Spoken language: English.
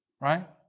right